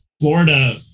Florida